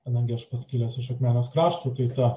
kadangi aš pats kilęs iš akmenės krašto tai ta